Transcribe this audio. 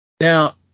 Now